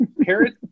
Parrot